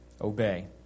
obey